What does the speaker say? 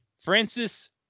Francis